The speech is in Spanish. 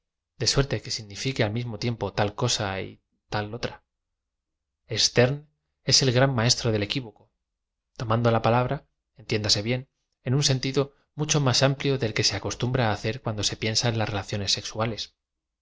de suerte que signifique al mismo tiempo ta l cosa y ta l otra sterne es e l gran maestro del equivoco tomando la palabra entiénda se bien en un sentido mucho más am plio d el que se acostumbra á hacer cuando se piensa en las relacio nes sexuales